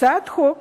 הצעת החוק